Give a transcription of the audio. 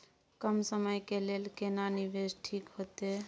कम समय के लेल केना निवेश ठीक होते?